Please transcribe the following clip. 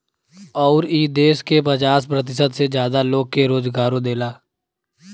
अउर ई देस के पचास प्रतिशत से जादा लोग के रोजगारो देला